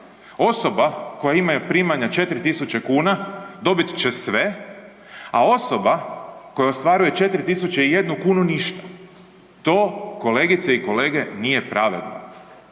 Osoba koja ima primanja 4 tisuće kuna, dobit će sve, a osoba koja ostvaruje 4 001 kunu, ništa. To, kolegice i kolege, nije pravedno.